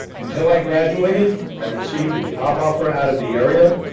until i graduated, i received a job offer out of the area.